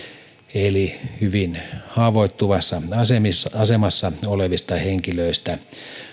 eli hyvin haavoittuvassa asemassa asemassa olevista henkilöistä